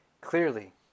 Clearly